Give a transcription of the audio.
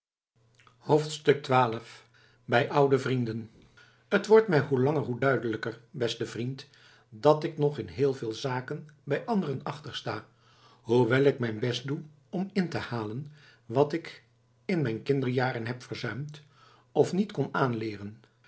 xii bij oude vrienden t wordt mij hoe langer hoe duidelijker beste vriend dat ik nog in heel veel zaken bij anderen achtersta hoewel ik mijn best doe om in te halen wat ik in mijn kinderjaren heb verzuimd of niet kon aanleeren